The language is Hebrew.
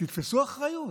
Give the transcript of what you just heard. תתפסו אחריות.